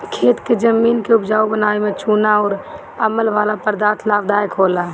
खेत के जमीन के उपजाऊ बनावे में चूना अउर अमल वाला पदार्थ लाभदायक होला